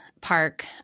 Park